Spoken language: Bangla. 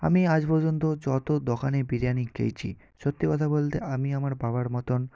আমি আজ পর্যন্ত যতো দোকানে বিরিয়ানি খেয়েছি সত্যি কথা বলতে আমি আমার বাবার মতোন